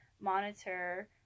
monitor